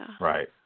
right